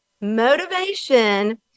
Motivation